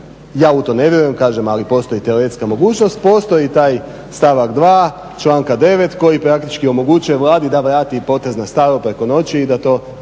ja u to ne vjerujem kažem ali postoji teoretska mogućnost, postoji taj stavak 2. članka 9. koji praktički omogućuje Vladi da potez na staro preko noći i da to